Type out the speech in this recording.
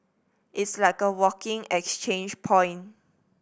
it's like a walking exchange point